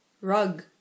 Rug